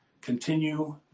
continue